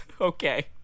Okay